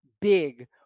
big